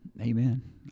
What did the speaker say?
amen